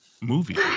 movie